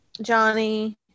Johnny